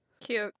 Cute